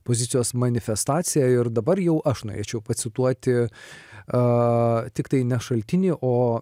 pozicijos manifestaciją ir dabar jau aš norėčiau pacituoti a tiktai ne šaltinį o